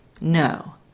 No